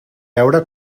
veure